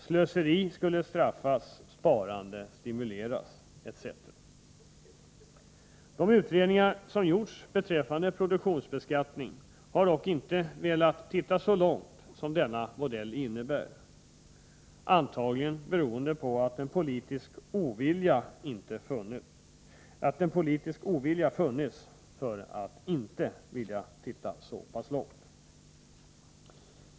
Slöseri skulle straffas, sparande stimuleras etc. I de utredningar som man har gjort beträffande produktionsbeskattningen har man dock inte velat titta så långt som denna modell innebär, antagligen beroende på att det har funnits en politisk ovilja för att se så pass långt.